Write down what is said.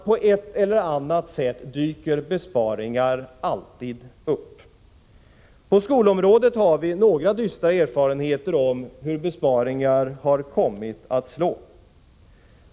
På ett eller annat sätt dyker besparingar alltid upp. På skolans område har vi dystra erfarenheter av hur besparingarna har kommit att slå.